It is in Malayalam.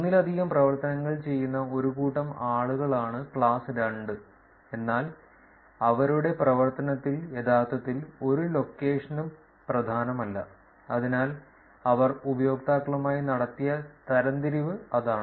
ഒന്നിലധികം പ്രവർത്തനങ്ങൾ ചെയ്യുന്ന ഒരു കൂട്ടം ആളുകളാണ് ക്ലാസ് 2 എന്നാൽ അവരുടെ പ്രവർത്തനത്തിൽ യഥാർത്ഥത്തിൽ ഒരു ലൊക്കേഷനും പ്രധാനമല്ല അതിനാൽ അവർ ഉപയോക്താക്കളുമായി നടത്തിയ തരംതിരിവ് അതാണ്